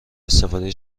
استفاده